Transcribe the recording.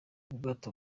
ubwato